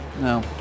No